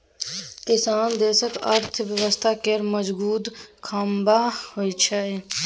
किसान देशक अर्थव्यवस्था केर मजगुत खाम्ह होइ छै